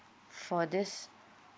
for this